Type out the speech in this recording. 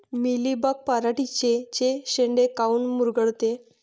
Mealybug पराटीचे चे शेंडे काऊन मुरगळते?